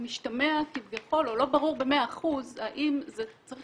משתמע כביכול או לא ברור במאה אחוז אם פרט